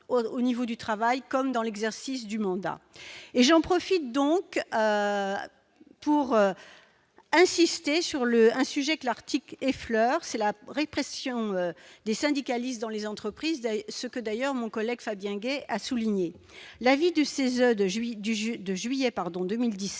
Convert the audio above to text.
au niveau du travail comme dans l'exercice du mandat et j'en profite donc pour insister sur le un sujet que l'article et fleurs, c'est la répression des syndicalistes dans les entreprises ce que d'ailleurs, mon collègue Fabien Gay a souligné l'avis du CESE de juillet du